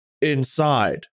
inside